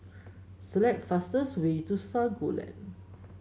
select the fastest way to Sago Lane